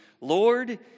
Lord